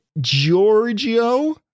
Giorgio